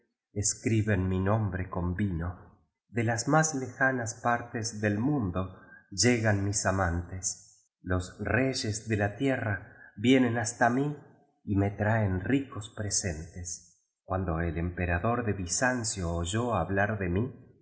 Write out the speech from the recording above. mi nombre con vino de las más lejanas partes del mundo llegan mis amantes los reyes de la tierra vienen hasta mi y me traen ricos presentes cuando el emperador de bizancio oyó hablar de mi